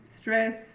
stress